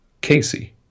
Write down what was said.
Casey